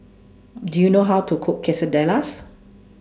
Do YOU know How to Cook Quesadillas